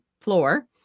floor